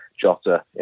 Jota